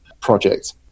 project